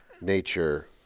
nature